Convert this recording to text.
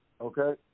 Okay